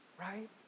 right